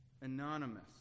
Anonymous